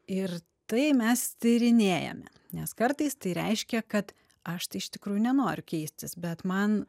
ir tai mes tyrinėjame nes kartais tai reiškia kad aš tai iš tikrųjų nenoriu keistis bet man